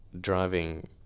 driving